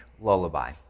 lullaby